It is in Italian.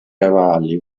cavalli